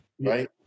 right